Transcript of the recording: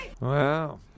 Wow